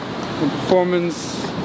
performance